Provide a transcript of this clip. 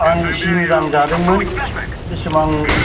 आं इसि मोजां जादोंमोन बे समाव आं